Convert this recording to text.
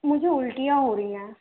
मुझे उल्टियाँ हो रही हैं